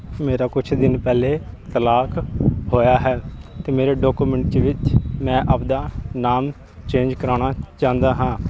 ਮੇਰਾ ਕੁਛ ਦਿਨ ਪਹਿਲੇ ਤਲਾਕ ਹੋਇਆ ਹੈ ਅਤੇ ਮੇਰੇ ਡਾਕੂਮੈਂਟ 'ਚ ਵਿੱਚ ਮੈਂ ਆਪਦਾ ਨਾਮ ਚੇਂਜ ਕਰਾਉਣਾ ਚਾਹੁੰਦਾ ਹਾਂ